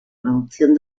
producción